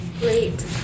Great